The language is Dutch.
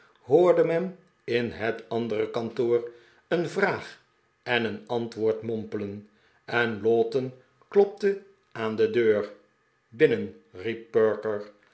hoorde men in het andere kantoor een vraag en een antwoord mompelen en lowten klopte aan de deur binnen